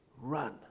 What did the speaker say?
run